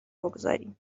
بگذاریم